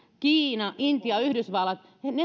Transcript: kiina intia yhdysvallat